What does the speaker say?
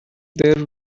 there